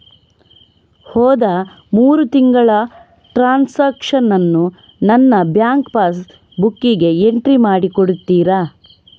ಹೋದ ಮೂರು ತಿಂಗಳ ಟ್ರಾನ್ಸಾಕ್ಷನನ್ನು ನನ್ನ ಬ್ಯಾಂಕ್ ಪಾಸ್ ಬುಕ್ಕಿಗೆ ಎಂಟ್ರಿ ಮಾಡಿ ಕೊಡುತ್ತೀರಾ?